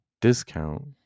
discount